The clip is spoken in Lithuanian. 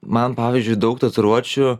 man pavyzdžiui daug tatuiruočių